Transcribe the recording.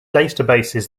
databases